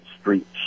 streets